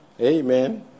Amen